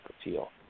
appeal